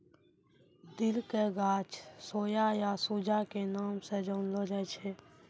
दिल के गाछ सोया या सूजा के नाम स जानलो जाय छै